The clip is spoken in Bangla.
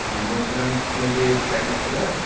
হ্যাঁ বলছিলাম আপনি কি প্যাডি সেলার